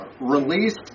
released